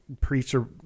preacher